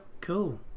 Cool